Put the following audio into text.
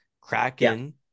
Kraken